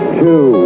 two